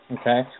Okay